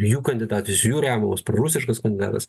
jų kandidatas jų remiamas prorusiškas kandidatas